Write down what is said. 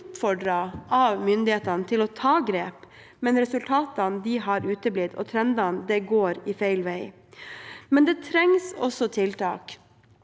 oppfordret av myndighetene til å ta grep, men resultatene har uteblitt, og trenden går feil vei. Det trengs også tiltak